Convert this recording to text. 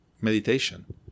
meditation